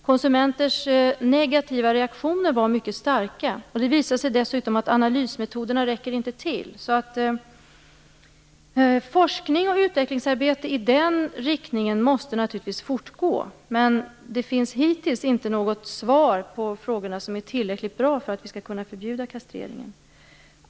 Konsumenters negativa reaktioner var mycket starka. Det visade sig dessutom att analysmetoderna inte räcker till. Forskning och utvecklingsarbete i den riktningen måste naturligtvis fortgå. Men det finns hittills inte något svar på frågorna som är tillräckligt bra för att vi skall kunna förbjuda kastreringen.